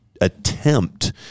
attempt